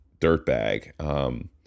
dirtbag